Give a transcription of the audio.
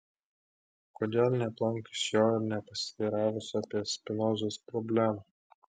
kodėl neaplankius jo ir nepasiteiravus apie spinozos problemą